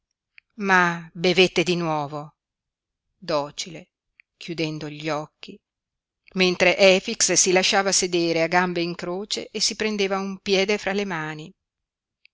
ma bevette di nuovo docile chiudendo gli occhi mentre efix si lasciava sedere a gambe in croce e si prendeva un piede fra le mani